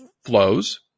flows